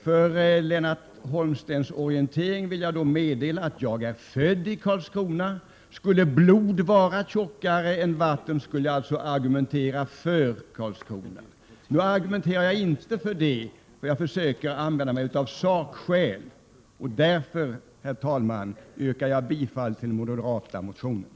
För Lennart Holmstens orientering vill jag meddela att jag är född i Karlskrona. Skulle blod vara tjockare än vatten skulle jag alltså argumentera för Karlskrona. Nu gör jag inte det. Jag försöker använda mig av sakskäl. Därför, herr talman, yrkar jag bifall till den moderata reservationen.